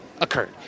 occurred